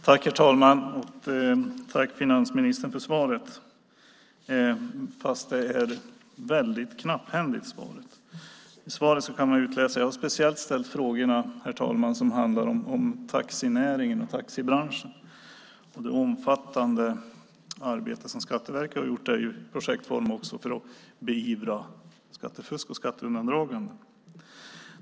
Herr talman! Tack, finansministern, för svaret! Dock är det väldigt knapphändigt. Jag har speciellt ställt frågorna, herr talman, som handlar om taxinäringen och taxibranschen och det omfattande arbete som Skatteverket har gjort i projektform för att beivra skattefusk och skatteundandragande.